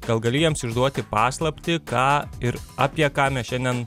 gal gali jiems išduoti paslaptį ką ir apie ką mes šiandien